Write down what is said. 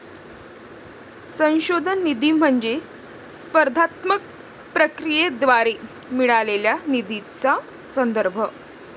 संशोधन निधी म्हणजे स्पर्धात्मक प्रक्रियेद्वारे मिळालेल्या निधीचा संदर्भ